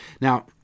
Now